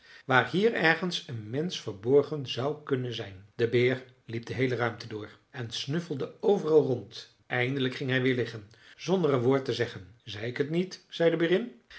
waar hier ergens een mensch verborgen zou kunnen zijn de beer liep de heele ruimte door en snuffelde overal rond eindelijk ging hij weer liggen zonder een woord te zeggen zei ik t niet zei de berin